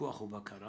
זה